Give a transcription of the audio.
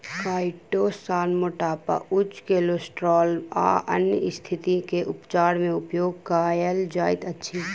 chitosan मोटापा उच्च cholesterol आ अन्य स्तिथि के उपचार मे उपयोग कायल जाइत अछि